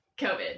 covid